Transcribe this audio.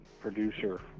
producer